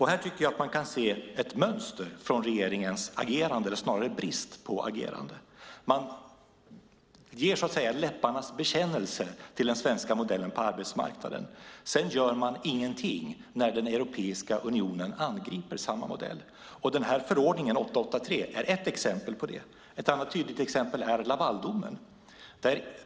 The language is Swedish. Här tycker jag att man kan se ett mönster i regeringens agerande eller snarare brist på agerande. Man ger läpparnas bekännelse till den svenska modellen på arbetsmarknaden, och sedan gör man ingenting när Europeiska unionen angriper samma modell. Förordningen 883 är ett exempel på det. Ett annat tydligt exempel är Lavaldomen.